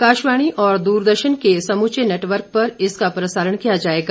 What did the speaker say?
आकाशवाणी और दूरदर्शन के समूचे नेटवर्क पर इसका प्रसारण किया जायेगा